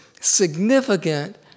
significant